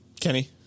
Kenny